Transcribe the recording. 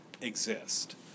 exist